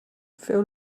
feu